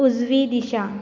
उजवी दिशा